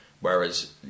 Whereas